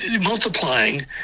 multiplying